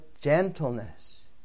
gentleness